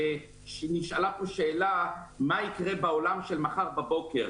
נשאלה פה שאלה מה יקרה בעולם של מחר בבוקר.